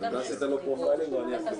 אגב,